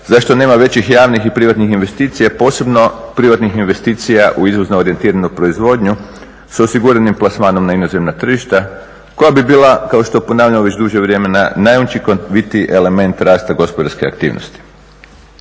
zašto nema većih javnih i privatnih investicija, a posebno privatnih investicija u izvozno orijentiranu proizvodnju sa osiguranim plasmanom na inozemna tržišta koja bi bila kao što ponavljamo već duže vrijeme na najučinkovitiji element rasta gospodarske aktivnosti.